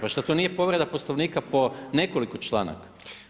Pa šta to nije povreda Poslovnika po nekoliko članaka?